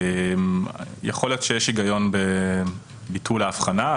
יכול להיות שיש היגיון בביטול ההבחנה,